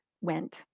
went